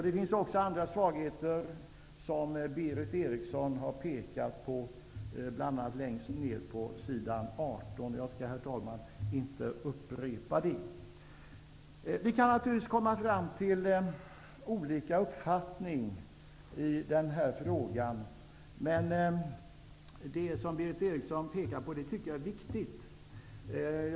Det finns också andra svagheter som Berith Eriksson har pekat på, bl.a. längst ner på s. 18. Jag skall, herr talman, inte upprepa det. Vi kan naturligtvis komma fram till olika uppfattningar i den här frågan, men det som Berith Eriksson pekar på tycker jag är viktigt.